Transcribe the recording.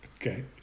okay